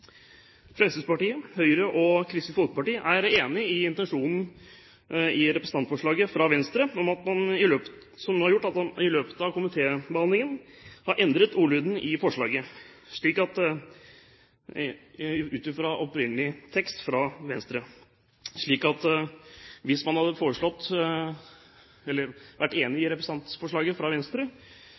Fremskrittspartiet, Høyre og Kristelig Folkeparti er enige i intensjonen i representantforslaget fra Venstre, som har gjort at man i løpet av komitébehandlingen har endret ordlyden i forslaget ut fra opprinnelig tekst fra Venstre. Hvis man hadde vært enig i representantforslaget fra Venstre,